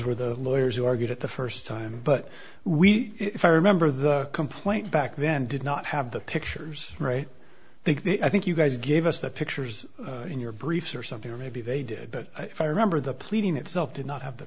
were the lawyers who argued at the first time but we if i remember the complaint back then did not have the pictures right think the i think you guys gave us the pictures in your briefs or something or maybe they did but if i remember the pleading itself did not have the